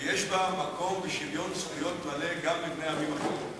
ויש בה מקום ושוויון זכויות מלא גם לבני המיעוטים.